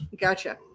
gotcha